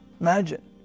Imagine